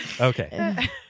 Okay